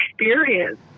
experience